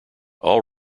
all